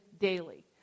daily